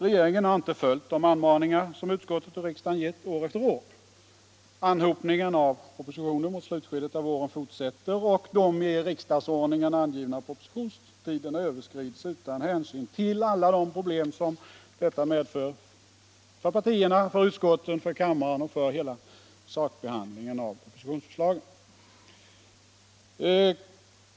Regeringen har inte följt de anmaningar som utskottet och riksdagen gett år efter år. Anhopningen av propositioner mot slutskedet av våren fortsätter, och de i riksdagsordningen angivna propositionstiderna överskrids utan hänsyn till alla de problem som detta medför för partierna, utskotten och kammaren och för hela sakbehandlingen av propositionsförslagen.